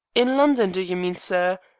in london, do you mean, sir?